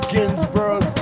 Ginsburg